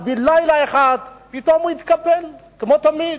בלילה אחד פתאום הוא התקפל, כמו תמיד.